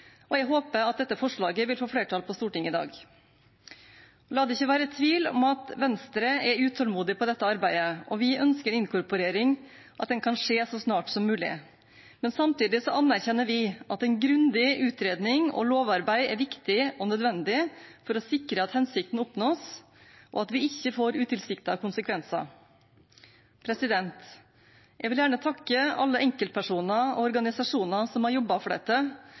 Jeg håper at dette forslaget vil få flertall på Stortinget i dag. La det ikke være tvil om at Venstre er utålmodig i dette arbeidet, og vi ønsker at inkorporering kan skje så snart som mulig. Samtidig anerkjenner vi at en grundig utredning og lovarbeid er viktig og nødvendig for å sikre at hensikten oppnås, og at vi ikke får utilsiktede konsekvenser. Jeg vil gjerne takke alle enkeltpersoner og organisasjoner som har jobbet for dette,